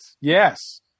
Yes